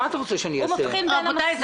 רבותי,